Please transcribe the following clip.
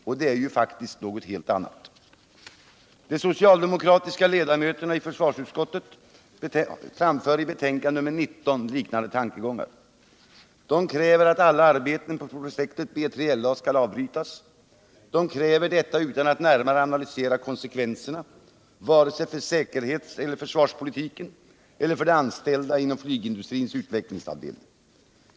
Och det är ju faktiskt något helt annat. analysera konsekvenserna — vare sig för säkerhets och försvarspolitiken eller för de anställda inom flygindustrins utvecklingsavdelning.